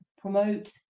promote